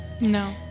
no